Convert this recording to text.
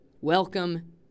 welcome